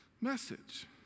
message